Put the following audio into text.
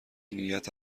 نیت